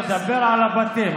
דבר על הבתים,